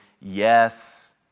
yes